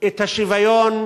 את השוויון,